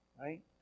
right